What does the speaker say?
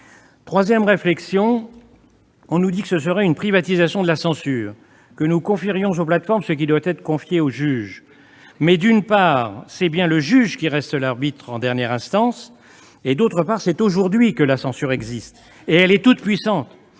Troisième réflexion : ce texte reviendrait à une privatisation de la censure, et nous confierions aux plateformes ce qui doit être confié au juge. Eh oui ! Je réponds, d'une part, que c'est bien le juge qui reste l'arbitre en dernière instance, et, d'autre part, que c'est aujourd'hui que la censure existe, et elle est toute-puissante